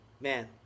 man